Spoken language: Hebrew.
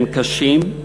הם קשים,